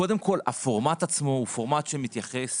קודם כל הפורמט עצמו הוא פורמט שמתייחס